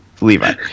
Levi